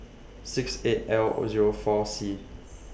six eight L Zero four C